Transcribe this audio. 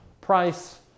price